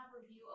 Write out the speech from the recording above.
review